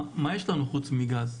מה יש לנו חוץ מגז?